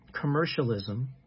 commercialism